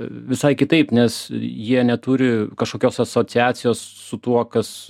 visai kitaip nes jie neturi kažkokios asociacijos su tuo kas